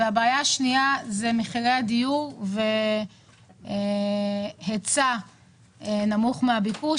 הבעיה השנייה היא מחירי הדיון והיצע נמוך מהביקוש.